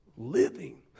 living